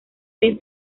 bien